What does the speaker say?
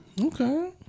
Okay